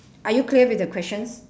are you clear with the questions